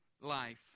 life